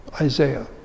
Isaiah